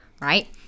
right